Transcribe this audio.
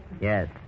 Yes